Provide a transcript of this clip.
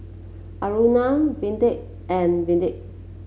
Aruna Vedre and Vedre